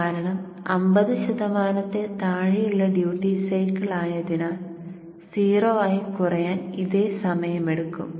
കാരണം 50 ശതമാനത്തിൽ താഴെയുള്ള ഡ്യൂട്ടി സൈക്കിൾ ആയതിനാൽ 0 ആയി കുറയാൻ ഇതേ സമയമെടുക്കും